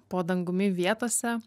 po dangumi vietose